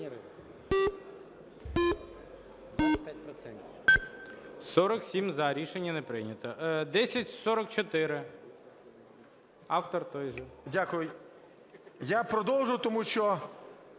Дякую. Я продовжу, тому що